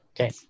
okay